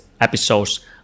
episodes